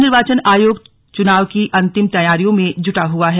राज्य निर्वाचन आयोग चुनाव की अंतिम तैयारियों में जुटा हुआ है